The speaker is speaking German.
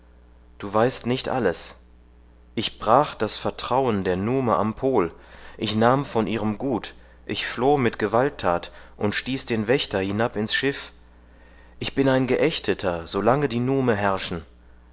du weißt nicht alles ich brach das vertrauen der nume am pol ich nahm von ihrem gut ich floh mit gewalttat und stieß den wächter hinab ins schiff ich bin ein geächteter solange die nume herrschen